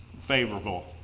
favorable